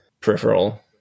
peripheral